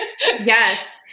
Yes